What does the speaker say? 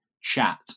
Chat